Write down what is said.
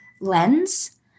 lens